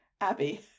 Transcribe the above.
Abby